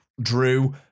Drew